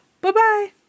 Bye-bye